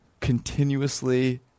continuously